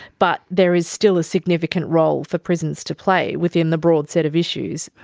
but there is still a significant role for prisons to play within the broad set of issues.